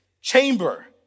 chamber